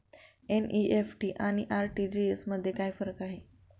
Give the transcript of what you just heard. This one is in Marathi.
एन.इ.एफ.टी आणि आर.टी.जी.एस मध्ये काय फरक आहे?